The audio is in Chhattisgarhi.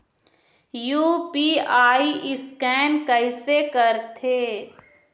यू.पी.आई स्कैन कइसे करथे?